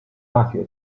大学